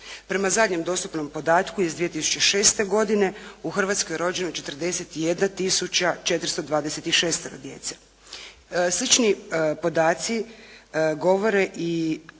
Prema zadnjem dostupnom podatku iz 2006. godine u Hrvatskoj je rođeno 41 tisuća 426 djece. Slični podaci govore i